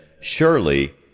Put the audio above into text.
Surely